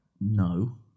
No